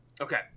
Okay